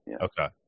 Okay